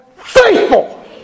Faithful